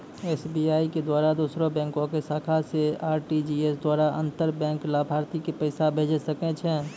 SBI के द्वारा दोसरो बैंको के शाखा से आर.टी.जी.एस द्वारा अंतर बैंक लाभार्थी के पैसा भेजै सकै छै